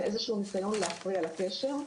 ואיזשהו ניסיון להפריע לקשר.